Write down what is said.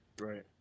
right